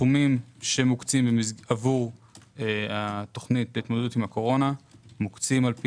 הסכומים שמוקצים עבור תוכנית התמודדות עם הקורונה מוקצים לפי